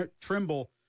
Trimble